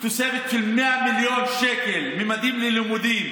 תוספת של 100 מיליון שקל לממדים ללימודים,